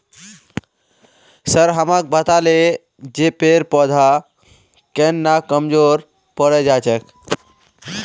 sir हमाक बताले जे पेड़ पौधा केन न कमजोर पोरे जा छेक